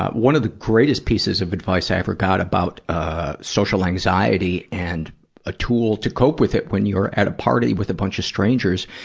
one of the greatest pieces of advice i ever got about ah social anxiety and a tool to cope with it when you're at a party with a bunch of strangers,